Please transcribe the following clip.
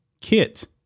Kit